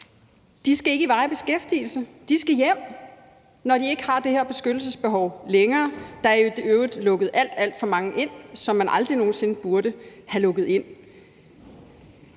De skal ikke i varig beskæftigelse; de skal hjem, når de ikke har det her beskyttelsesbehov længere. Der er i øvrigt lukket alt, alt for mange ind, som man aldrig nogen sinde burde have lukket ind.